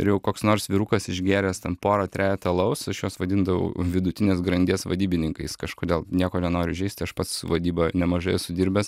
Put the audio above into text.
ir jau koks nors vyrukas išgėręs ten porą trejetą alaus aš juos vadindavau vidutinės grandies vadybininkais kažkodėl nieko nenoriu įžeisti aš pats su vadyba nemažai esu dirbęs